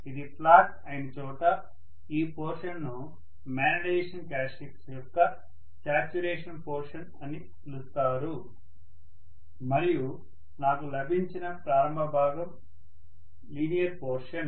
ఇది ఫ్లాట్ అయిన చోట ఈ పోర్షన్ ను మ్యాగ్నెటైజేషన్ క్యారెక్టర్స్టిక్స్ యొక్క శాచ్యురేషన్ పోర్షన్ అని పిలుస్తారు మరియు నాకు లభించిన ప్రారంభ భాగం లీనియర్ పోర్షన్